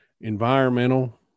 environmental